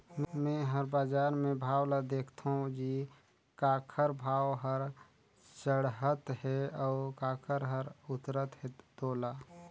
मे हर बाजार मे भाव ल देखथों जी काखर भाव हर चड़हत हे अउ काखर हर उतरत हे तोला